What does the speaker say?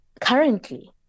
currently